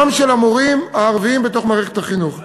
גם של המורים הערבים בתוך מערכת החינוך.